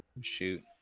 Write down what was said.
shoot